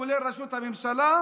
כולל ראשות הממשלה,